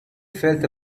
felt